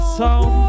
sound